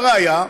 הא ראיה,